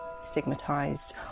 stigmatized